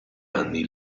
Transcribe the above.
anni